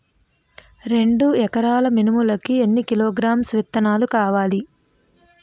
రెండు ఎకరాల మినుములు కి ఎన్ని కిలోగ్రామ్స్ విత్తనాలు కావలి?